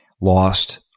lost